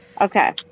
okay